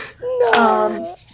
No